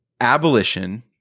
abolition